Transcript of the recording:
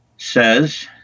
says